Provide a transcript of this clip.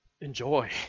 enjoy